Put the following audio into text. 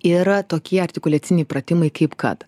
yra tokie artikuliaciniai pratimai kaip kad